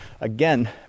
again